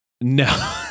No